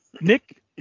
Nick